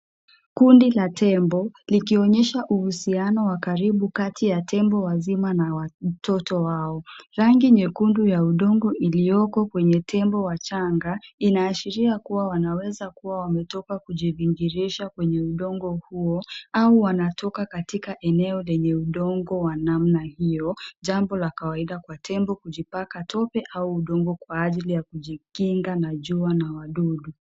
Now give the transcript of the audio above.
Kundi la yembo likionyesha uhusiano wa karribu kati ya tembo wazima na na watoto wao. rangi nyekundu ya udongo iliyoko kwenye tembo wachanga inaashiria kuwa wanaweza kuwa wametoka ujibingirisha kwenye udongo huo au wanatoka katika eneo lenye udongo wa namna hio, jambo la kawaida kwa tembo kujipaka tope au udongo kwa ajili ya kujikinga na jua na wadudu.